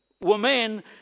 women